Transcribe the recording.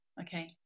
Okay